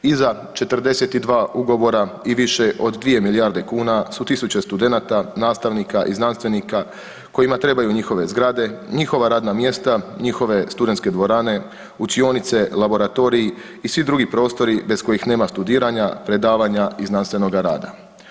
Iza 42 ugovora i više od 2 milijarde kuna su tisuće studenata, nastavnika i znanstvenika kojima trebaju njihove zgrade, njihova radna mjesta, njihove studentske dvorane, učionice, laboratoriji i svi drugi prostori bez kojih nema studiranja, predavanja i znanstvenoga rada.